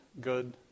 good